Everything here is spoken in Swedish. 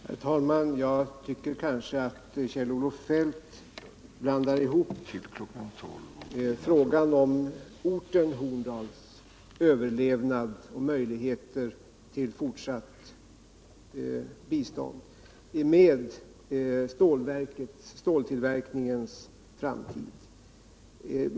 Herr talman! Jag tycker faktiskt att Kjell-Olof Feldt blandar ihop frågan om orten Horndals överlevnad och möjligheter till fortsatt bestånd med stålverkets framtid.